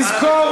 תזכור,